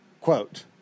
Quote